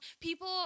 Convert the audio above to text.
People